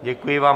Děkuji vám.